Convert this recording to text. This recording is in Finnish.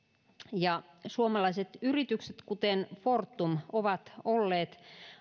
suomalaiset yritykset kuten fortum ovat olleet